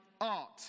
art